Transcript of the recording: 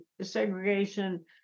segregation